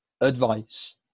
advice